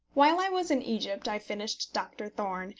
while i was in egypt, i finished doctor thorne,